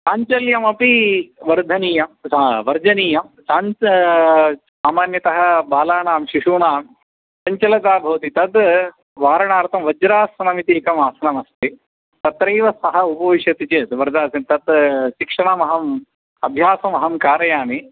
चाञ्चल्यमपि वर्धनीयं हा वर्धनीयं चाञ्चल्यं सामान्यतः बालानां शिशूनां चञ्चलता भवति तद् वारणार्थं वज्रासनमिति एकम् आसनमस्ति तत्रैव सः उपविश्यति चेत् वर्जासन् तत् शिक्षणमहम् अभ्यासमहं कारयामि